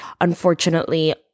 unfortunately